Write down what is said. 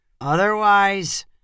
Otherwise-